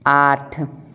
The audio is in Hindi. आठ